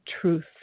truth